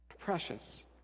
precious